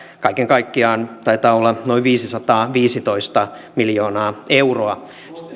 kaiken kaikkiaan taitaa olla noin viisisataaviisitoista miljoonaa euroa